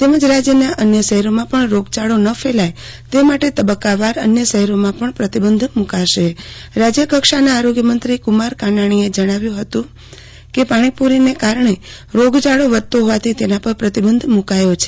તેમજ રાજ્યના અન્ય શહેરોમાં પણ રોગયાળો ન ફેલાય તે માટે તબક્કાવાર અન્ય શહેરોમાં પણ પ્રતિબંધ મુ કાશે રાજ્યકક્ષાના આરોગ્યમંત્રી કુમાર કાનાણીએ જણાવ્યું હતું કે પાણીપુ રીને કારણે રોગયાળો વધતો હોવાથી તેના પર પ્રતિબંધ મુ કાથો છે